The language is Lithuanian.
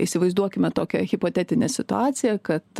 įsivaizduokime tokią hipotetinę situaciją kad